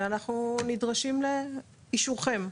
ואנחנו נדרשים לאישורכם.